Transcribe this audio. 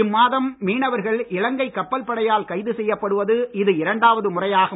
இம்மாதம் மீனவர்கள் இலங்கை கப்பல் படையால் கைது செய்யப்படுவது இது இரண்டாவது முறை ஆகும்